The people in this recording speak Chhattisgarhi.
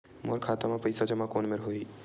मोर खाता मा पईसा जमा कोन मेर होही?